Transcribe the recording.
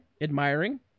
Admiring